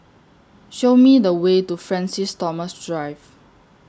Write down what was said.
Show Me The Way to Francis Thomas Drive